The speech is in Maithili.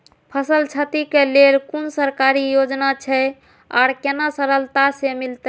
फसल छति के लेल कुन सरकारी योजना छै आर केना सरलता से मिलते?